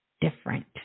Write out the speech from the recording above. different